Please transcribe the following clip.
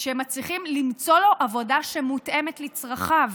שהם מצליחים למצוא לו עבודה שמותאמת לצרכיו.